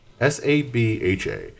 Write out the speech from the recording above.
S-A-B-H-A